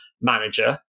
manager